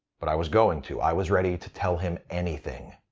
but i was going to. i was ready to tell him anything.